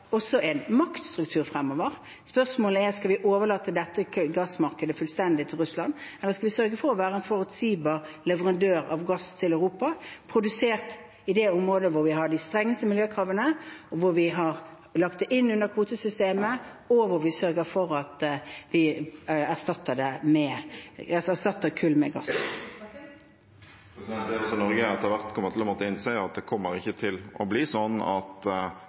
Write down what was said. en maktstruktur fremover. Spørsmålet er: Skal vi overlate dette gassmarkedet fullstendig til Russland, eller skal vi sørge for å være en forutsigbar leverandør av gass til Europa, produsert i det området hvor vi har de strengeste miljøkravene, og hvor vi har lagt det inn under kvotesystemet, og hvor vi sørger for at vi erstatter kull med gass? Audun Lysbakken – til oppfølgingsspørsmål. Det Norge etter hvert også kommer til å måtte innse, er at det ikke kommer til å bli sånn at